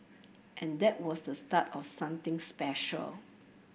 and that was the start of something special